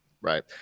right